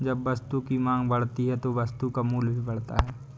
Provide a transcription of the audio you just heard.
जब वस्तु की मांग बढ़ती है तो वस्तु का मूल्य भी बढ़ता है